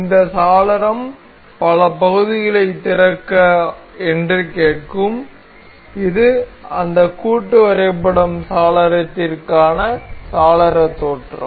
இந்த சாளரம் சில பகுதிகளைத் திறக்க என்று கேட்கும் இது இந்த கூட்டு வரைபடம் சாளரத்திற்கான சாளர தோற்றம்